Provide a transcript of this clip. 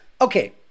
Okay